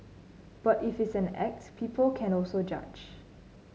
but if it is an act people can also judge